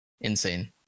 insane